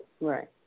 Right